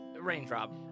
Raindrop